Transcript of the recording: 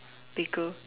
baker